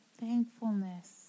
thankfulness